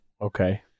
Okay